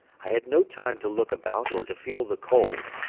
i had no time to look about or to feel the cold.